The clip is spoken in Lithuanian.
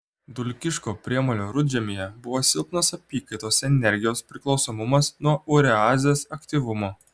dulkiško priemolio rudžemyje buvo silpnas apykaitos energijos priklausomumas nuo ureazės aktyvumo